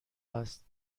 است